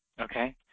Okay